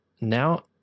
now